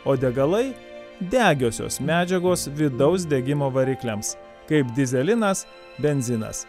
o degalai degiosios medžiagos vidaus degimo varikliams kaip dyzelinas benzinas